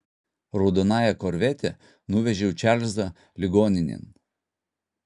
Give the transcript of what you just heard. raudonąja korvete nuvežiau čarlzą ligoninėn